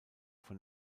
von